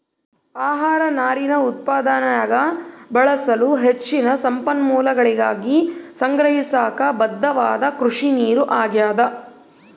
ಆಹಾರ ನಾರಿನ ಉತ್ಪಾದನ್ಯಾಗ ಬಳಸಲು ಹೆಚ್ಚಿನ ಸಂಪನ್ಮೂಲಗಳಿಗಾಗಿ ಸಂಗ್ರಹಿಸಾಕ ಬದ್ಧವಾದ ಕೃಷಿನೀರು ಆಗ್ಯಾದ